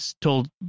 told